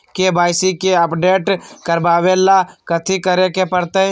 KYC के update करवावेला कथि करें के परतई?